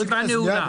הישיבה נעולה.